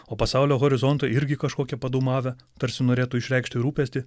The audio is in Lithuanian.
o pasaulio horizonto irgi kažkokia padūmavę tarsi norėtų išreikšti rūpestį